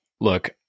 Look